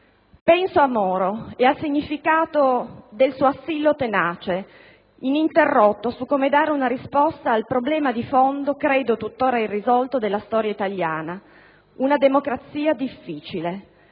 Penso a Moro e al significato del suo assillo tenace ed ininterrotto su come dare una risposta al problema di fondo - credo tuttora irrisolto - della storia italiana. Una democrazia difficile: